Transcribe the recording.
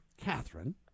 Catherine